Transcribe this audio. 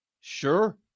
Sure